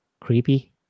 creepy